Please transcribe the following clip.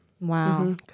Wow